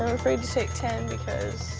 afraid to take ten because